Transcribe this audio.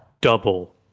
double